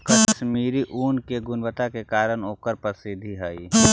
कश्मीरी ऊन के गुणवत्ता के कारण ओकर प्रसिद्धि हइ